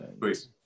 Please